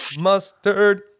mustard